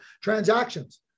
transactions